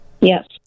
Yes